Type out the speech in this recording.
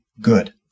good